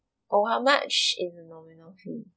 oh how much is the nominal fee